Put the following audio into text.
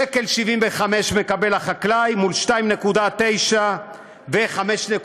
1.75 שקל מקבל החקלאי מול 2.90 ו-5.90,